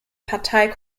partei